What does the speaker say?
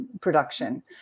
production